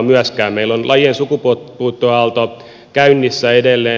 meillä on lajien sukupuuttoaalto käynnissä edelleen